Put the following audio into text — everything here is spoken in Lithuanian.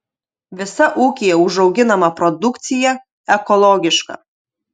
visa ūkyje užauginama produkcija ekologiška